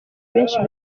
benshi